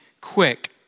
quick